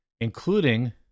including